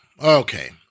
Okay